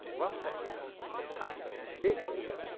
and one second, so time doesn't exist here.